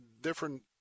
different